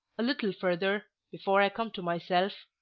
a little further, before i come to myself.